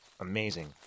amazing